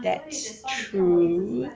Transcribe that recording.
that's true